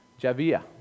Javier